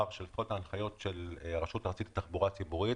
ההנחיות של הרשות הארצית לתחבורה ציבורית